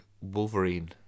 Wolverine